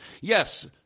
Yes